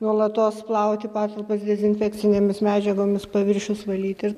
nuolatos plauti patalpas dezinfekcinėmis medžiagomis paviršius valyti